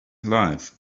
life